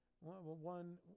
One